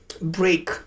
break